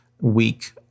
week